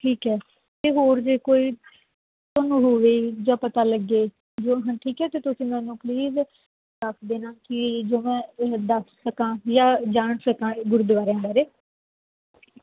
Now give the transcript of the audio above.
ਠੀਕ ਹੈ ਅਤੇ ਹੋਰ ਜੇ ਕੋਈ ਤੁਹਾਨੂੰ ਹੋਵੇ ਜਾਂ ਪਤਾ ਲੱਗੇ ਠੀਕ ਹੈ ਅਤੇ ਤੁਸੀਂ ਮੈਨੂੰ ਪਲੀਜ਼ ਦੱਸ ਦੇਣਾ ਕਿ ਜੋ ਮੈਂ ਦੱਸ ਸਕਾਂ ਜਾਂ ਜਾਣ ਸਕਾਂ ਗੁਰਦੁਆਰਿਆਂ ਬਾਰੇ